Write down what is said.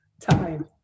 time